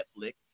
Netflix